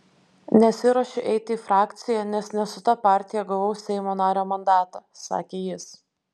nesiruošiu eiti į frakciją nes ne su ta partija gavau seimo nario mandatą sakė jis